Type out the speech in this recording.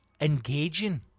engaging